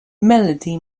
melody